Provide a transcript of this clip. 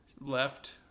Left